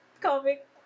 comic